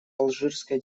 алжирская